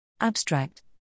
Abstract